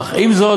אך עם זאת,